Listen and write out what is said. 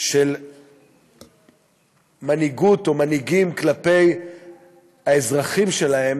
של מנהיגות או מנהיגים כלפי האזרחים שלהם,